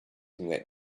pointing